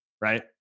Right